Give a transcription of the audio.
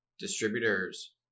distributors